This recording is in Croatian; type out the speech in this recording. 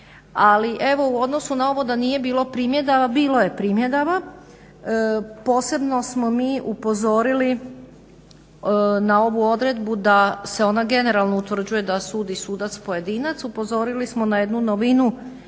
Ali evo u odnosu na ovo da nije bilo primjedaba, bilo je primjedaba. Posebno smo mi upozorili na ovu odredbu da se ona generalno utvrđuje da sudi sudac pojedinac. Upozorili smo na jednu novinu